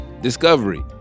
discovery